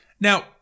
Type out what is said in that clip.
now